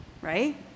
right